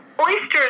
Oysters